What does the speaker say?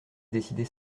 décidé